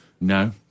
No